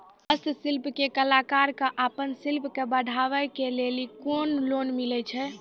हस्तशिल्प के कलाकार कऽ आपन शिल्प के बढ़ावे के लेल कुन लोन मिलै छै?